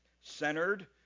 centered